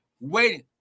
waiting